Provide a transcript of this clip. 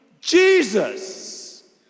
Jesus